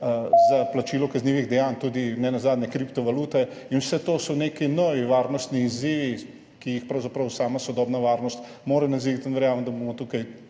za plačilo kaznivih dejanj tudi kriptovalute. Vse to so neki novi varnostni izzivi, ki jih pravzaprav sama sodobna varnost mora nasloviti, in verjamem,